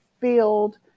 field